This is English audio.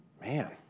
man